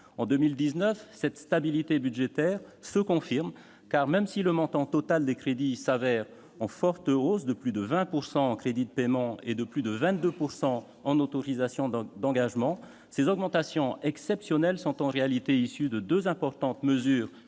En 2019, cette stabilité se confirme, car, même si le montant total des crédits connaît une forte hausse, de plus de 20 % en crédits de paiement et de plus de 22 % en autorisations d'engagement, cette augmentation exceptionnelle est en réalité issue de deux importantes mesures